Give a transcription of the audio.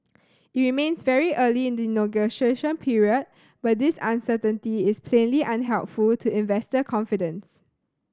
it remains very early in the negotiation period but this uncertainty is plainly unhelpful to investor confidence